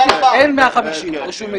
אין 150 רשומים.